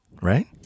right